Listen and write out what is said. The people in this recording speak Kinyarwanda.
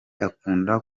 akunda